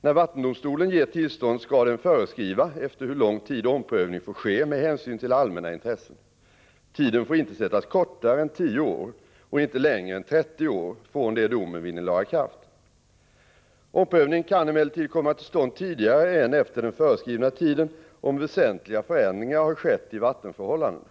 När vattendomstolen ger tillstånd skall den föreskriva efter hur lång tid omprövning får ske med hänsyn till allmänna intressen. Tiden får inte sättas kortare än 10 år och inte längre än 30 år från det domen vinner laga kraft. Omprövning kan emellertid komma till stånd tidigare än efter den föreskrivna tiden, om väsentliga förändringar har skett i vattenförhållandena.